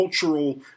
cultural